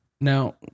now